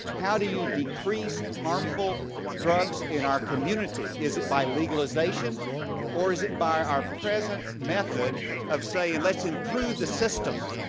how do you decrease harmful drugs in our community? is it by legalization or is it by our present method of saying, let's improve the system.